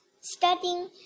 studying